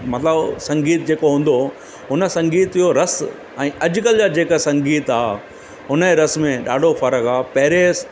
मतिलबु संगीत जेको हूंदो हो हुन संगीत जो रसु ऐं अॼुकल्ह जा जेका संगीत आहे हुन जे रस में ॾाढो फ़र्क़ु आहे पहिरीं